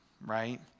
right